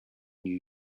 new